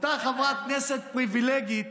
אותה חברת כנסת פריבילגית